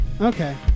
Okay